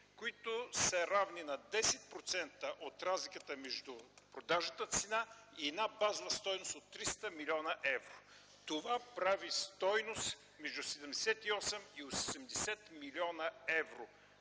които са равни на 10% от разликата между продажната цена и една базова стойност от 300 млн. евро. Това прави стойност между 78 и 80 млн. евро,